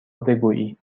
بگویی